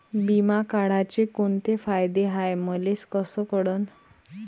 बिमा काढाचे कोंते फायदे हाय मले कस कळन?